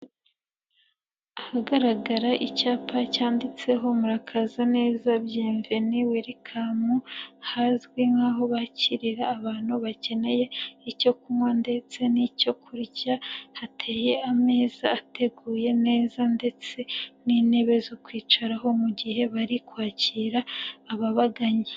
Ahagaragara icyapa cyanditseho murakaza neza byenveni werikamu hazwi nk'aho bakirira abantu bakeneye icyo kunywa ndetse n'icyo kurya hateye ameza ateguye neza ndetse n'intebe zo kwicaraho mu gihe bari kwakira ababagannye.